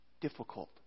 difficult